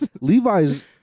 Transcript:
Levi's